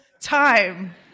time